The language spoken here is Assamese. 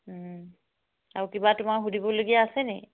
আৰু কিবা তোমাৰ সুধিবলগীয়া আছেনে